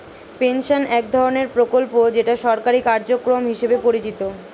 pension এক ধরনের প্রকল্প যেটা সরকারি কার্যক্রম হিসেবে পরিচিত